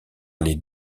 les